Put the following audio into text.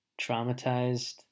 traumatized